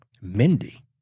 Mindy